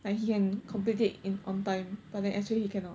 like he can complete it in on time but then actually he cannot